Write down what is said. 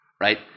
right